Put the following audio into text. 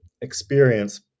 experience